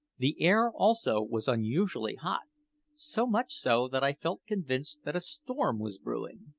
the air, also, was unusually hot so much so that i felt convinced that a storm was brewing.